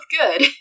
good